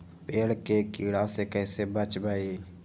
पेड़ के कीड़ा से कैसे बचबई?